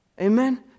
Amen